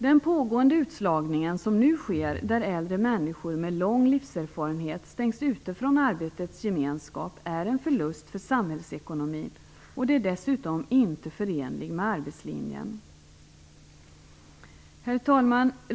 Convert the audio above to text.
Den utslagning som nu pågår, där äldre människor med lång livserfarenhet stängs ute från arbetets gemenskap, är en förlust för samhällsekonomin, och det är dessutom inte förenligt med arbetslinjen. Herr talman!